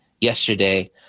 yesterday